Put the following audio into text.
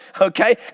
okay